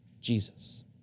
Jesus